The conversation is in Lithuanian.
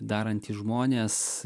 darantys žmonės